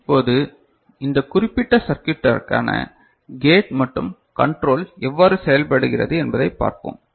இப்போது இந்த குறிப்பிட்ட சர்க்யூட்டிற்கான கேட் மற்றும் கண்ட்ரோல் எவ்வாறு செயல்படுகிறது என்பதைப் பார்ப்போம்